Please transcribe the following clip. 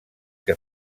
que